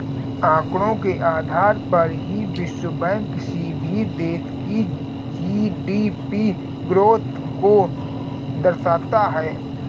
आंकड़ों के आधार पर ही विश्व बैंक किसी भी देश की जी.डी.पी ग्रोथ को दर्शाता है